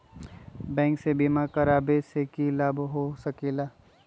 Bank से बिमा करावे से की लाभ होई सकेला?